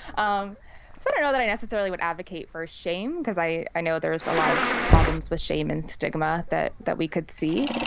um so know that i necessarily would advocate for a shame because i i know there's a lot of problems with shame and stigma that that we could see.